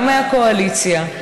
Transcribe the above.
גם מהקואליציה,